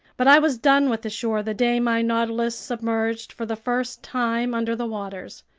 but i was done with the shore the day my nautilus submerged for the first time under the waters.